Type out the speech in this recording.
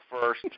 first